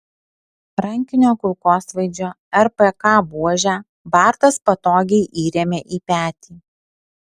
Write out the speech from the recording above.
rankinio kulkosvaidžio rpk buožę bartas patogiai įrėmė į petį